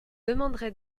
demanderai